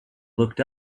looked